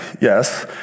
yes